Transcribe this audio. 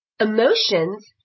Emotions